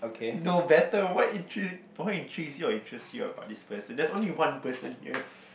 no better what intrigue what intrigue you or interest you about this place there's only one person here